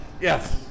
Yes